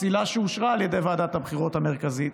פסילה שאושרה על ידי ועדת הבחירות המרכזית.